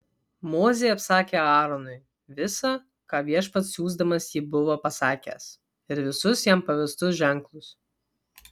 mozė apsakė aaronui visa ką viešpats siųsdamas jį buvo pasakęs ir visus jam pavestus ženklus